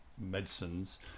medicines